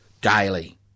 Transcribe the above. daily